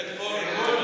עודד פורר.